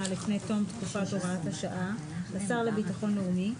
לפני תום תקופת הוראת השעה לשר לביטחון לאומי,